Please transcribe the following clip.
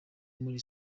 muri